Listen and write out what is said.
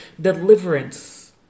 deliverance